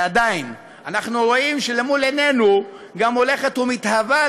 עדיין אנחנו רואים שלמול עינינו גם הולכת ומתהווה